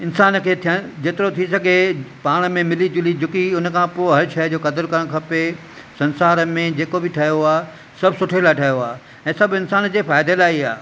इंसान खे थियणु जेतिरो थी सघे पाण में मिली जुली झुकी उनखां पोइ हर शइ जो कदुरु करणु खपे संसार में जेको बि ठाहियो आहे सभु सुठे लाइ ठहियो आहे ऐं सभु इंसान जे फ़ाइदे लाइ ई आहे